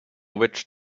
witch